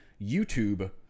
YouTube